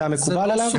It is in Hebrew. זה היה מקובל עליו.